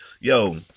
Yo